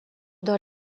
dans